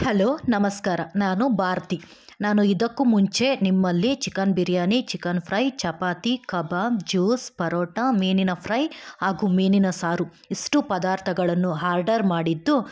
hello ನಮಸ್ಕಾರ ನಾನು ಭಾರತಿ ನಾನು ಇದಕ್ಕೂ ಮುಂಚೆ ನಿಮ್ಮಲ್ಲಿ chicken biryani chicken fry chapati kebab juice paratha ಮೀನಿನ ಫ್ರೈ ಹಾಗು ಮೀನಿನ ಸಾರು ಇಷ್ಟು ಪದಾರ್ಥಗಳನ್ನು ಹಾರ್ಡರ್ ಮಾಡಿದ್ದು